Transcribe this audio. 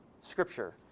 Scripture